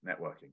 networking